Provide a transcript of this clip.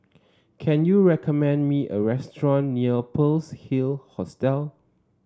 can you recommend me a restaurant near Pearl's Hill Hostel